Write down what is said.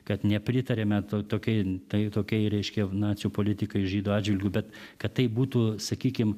kad nepritariame tokiai tai tokiai reiškia nacių politikai žydų atžvilgiu bet kad tai būtų sakykim